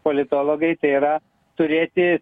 politologai tai yra turėti